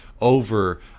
over